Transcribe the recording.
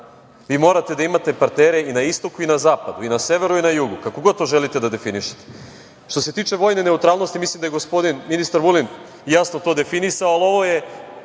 vi morate da imate partnere i na istoku i na zapadu, i na severu i na jugu, kako god to želite da definišete. Što se tiče vojne neutralnosti, mislim da je gospodin ministar Vulin jasno to definisao, ali ovo je